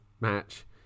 match